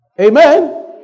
Amen